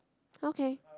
okay